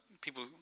people